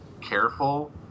careful